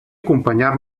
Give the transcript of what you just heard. acompanyar